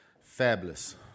Fabulous